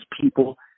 people